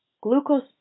glucose